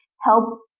help